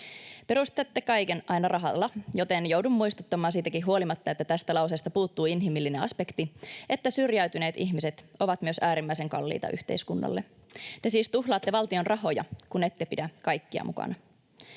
Perustelette kaiken aina rahalla, joten joudun muistuttamaan siitäkin huolimatta, että tästä lauseesta puuttuu inhimillinen aspekti, että syrjäytyneet ihmiset ovat myös äärimmäisen kalliita yhteiskunnalle. Te siis tuhlaatte valtion rahoja, kun ette pidä kaikkia mukana.